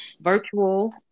virtual